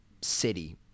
city